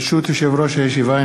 ברשות יושב-ראש הישיבה,